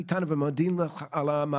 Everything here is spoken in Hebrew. באמת תיירים שם מדברים על שיפור משמעותי